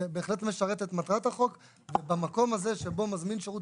זה בהחלט משרת את מטרת החוק ובמקום הזה שבו מזמין שירות